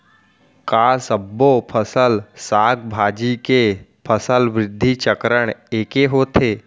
का सबो फसल, साग भाजी के फसल वृद्धि चरण ऐके होथे?